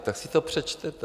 Tak si to přečtěte!